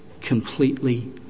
completely